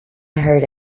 heard